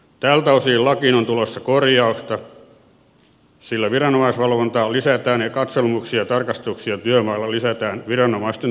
tältä osin lakiin on tulossa korjausta sillä viranomaisvalvontaa lisätään ja katselmuksia ja tarkastuksia työmailla lisätään viranomaisten toimesta